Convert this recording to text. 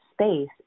space